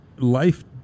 life